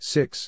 Six